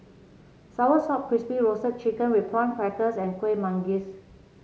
soursop Crispy Roasted Chicken with Prawn Crackers and Kuih Manggis